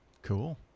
Cool